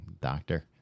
doctor